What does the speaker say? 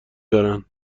دارند